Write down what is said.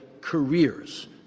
careers